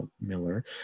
Miller